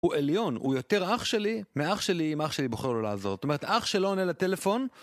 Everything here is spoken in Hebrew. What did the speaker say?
הוא עליון, הוא יותר אח שלי, מאח שלי אם אח שלי בוחר לא לעזור. זאת אומרת, אח שלא עונה לטלפון...